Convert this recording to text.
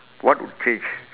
what would change